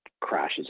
crashes